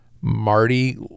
Marty